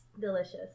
Delicious